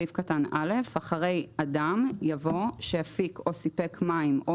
(א) אחרי "אדם" יבוא "שהפיק או סיפק מים או